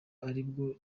aribwo